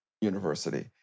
University